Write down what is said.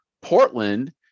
Portland